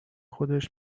خودش